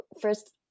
First